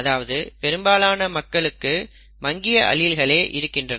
அதாவது பெரும்பாலான மக்களுக்கு மங்கிய அலீல்கலே இருக்கின்றன